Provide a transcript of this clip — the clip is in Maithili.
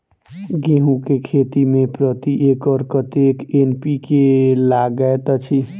गेंहूँ केँ खेती मे प्रति एकड़ कतेक एन.पी.के लागैत अछि?